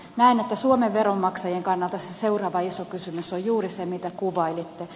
näen että suomen veronmaksajien kannalta se seuraava iso kysymys on juuri se mitä kuvailitte